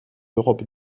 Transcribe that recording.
europe